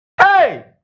Hey